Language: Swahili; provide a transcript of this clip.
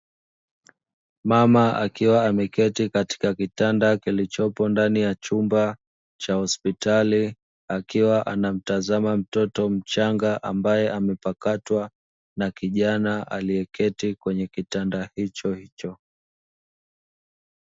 Mama akiwa ameketi katika kitanda kilichopo ndani ya chumba cha hospitali, akiwa anamtaza mtoto mchaga ambaye amepakatwa na kijana aliyeketi kwenye kitanda hichohicho.